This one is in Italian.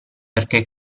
perché